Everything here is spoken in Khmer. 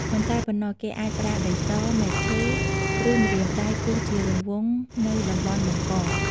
មិនតែប៉ុណ្ណោះគេអាចប្រើដីស មែកឈើ ឬម្រាមដៃគូសជារង្វង់ នៅតំបន់បង្កង។